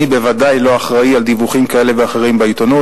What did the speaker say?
אני בוודאי לא אחראי לדיווחים כאלה ואחרים בעיתונות.